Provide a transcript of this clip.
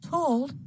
Told